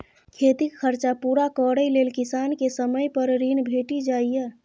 खेतीक खरचा पुरा करय लेल किसान केँ समय पर ऋण भेटि जाइए